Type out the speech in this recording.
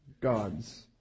gods